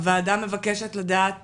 הועדה מבקשת לדעת